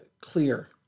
clear